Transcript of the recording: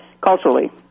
culturally